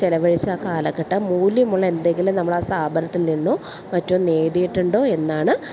ചെലവഴിച്ച ആ കാലഘട്ടം മൂല്യമുള്ള എന്തെങ്കിലും നമ്മൾ ആ സ്ഥപനത്തിൽ നിന്നോ മറ്റോ നേടിയിട്ടുണ്ടോ എന്നാണ്